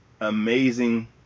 amazing